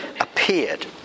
appeared